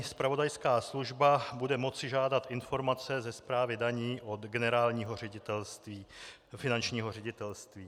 Zpravodajská služba bude moci žádat informace ze správy daní od Generálního finančního ředitelství.